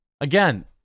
Again